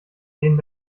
denen